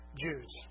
Jews